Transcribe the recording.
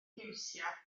ffiwsia